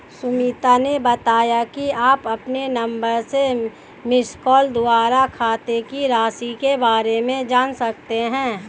सुमित ने बताया कि आप अपने नंबर से मिसकॉल द्वारा खाते की राशि के बारे में जान सकते हैं